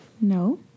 No